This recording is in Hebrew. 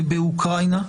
באוקראינה.